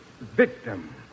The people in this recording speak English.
victim